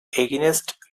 against